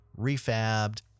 refabbed